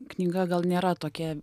knyga gal nėra tokia